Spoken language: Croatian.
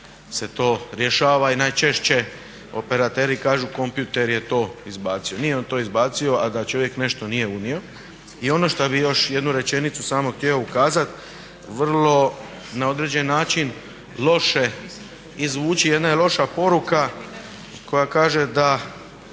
se to rješava i najčešće operateri kažu kompjuter je to izbacio. Nije on to izbacio, a da čovjek nešto nije unio. I ono što bih još jednu rečenicu samo htio ukazati vrlo na određen način loše izvući, jedna je loša poruka koja kaže da